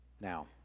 Now